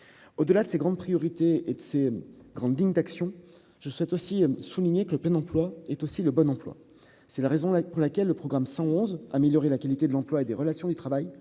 au delà de ses grandes priorités et de ses grandes lignes d'action, je souhaite aussi souligner que le plein emploi est aussi le bon emploi, c'est la raison pour laquelle le programme 111, améliorer la qualité de l'emploi et des relations du travail